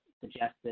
suggested